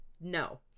No